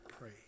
pray